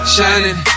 Shining